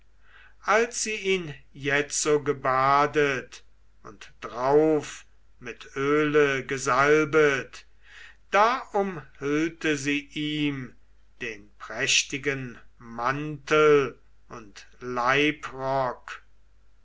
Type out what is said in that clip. als sie ihn jetzo gebadet und drauf mit öle gesalbet da umhüllte sie ihm den prächtigen mantel und leibrock